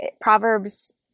Proverbs